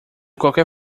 qualquer